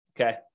Okay